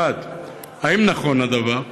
1. האם נכון הדבר?